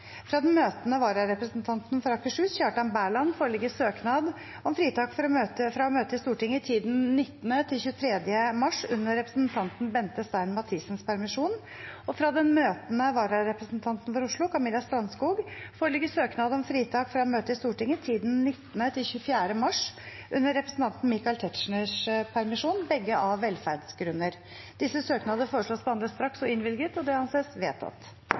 Fra den møtende vararepresentanten for Akershus, Kjartan Berland , foreligger søknad om fritak fra å møte i Stortinget i tiden 19. til 23. mars under representanten Bente Stein Mathisens permisjon, og fra den møtende vararepresentanten for Oslo, Camilla Strandskog , foreligger søknad om fritak fra å møte i Stortinget i tiden 19. til 24. mars under representanten Michael Tetzschners permisjon – begge av velferdsgrunner. Etter forslag fra presidenten ble enstemmig besluttet: Søknadene behandles straks og